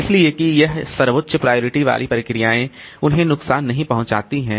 इसलिए कि यह सर्वोच्च प्रायरिटी वाली प्रक्रियाएं उन्हें नुकसान नहीं पहुंचाती हैं